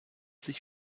sich